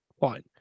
Fine